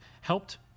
helped